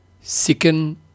Second